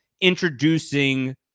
introducing